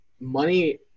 money